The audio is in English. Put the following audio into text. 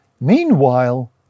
Meanwhile